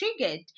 triggered